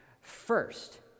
first